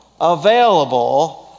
available